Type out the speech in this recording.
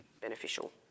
beneficial